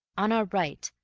on our right,